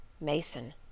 Mason